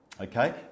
Okay